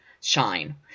shine